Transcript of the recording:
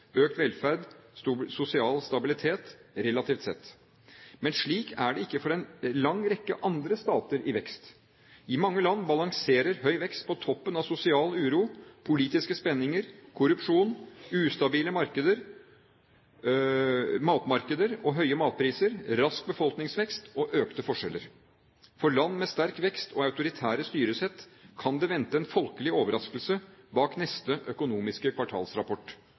økt velferd og sosial stabilitet, relativt sett. Men slik er det ikke for en lang rekke andre stater i vekst. I mange land balanserer høy vekst på toppen av sosial uro, politiske spenninger, korrupsjon, ustabile matmarkeder og høye matpriser, rask befolkningsvekst og økte forskjeller. For land med sterk vekst og autoritære styresett kan det vente en folkelig overraskelse bak neste økonomiske kvartalsrapport.